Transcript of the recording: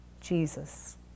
Jesus